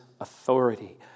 authority